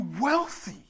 wealthy